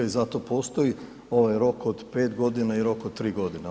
Zato postoji ovaj rok od 5 godina i rok od 3 godine.